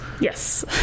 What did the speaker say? yes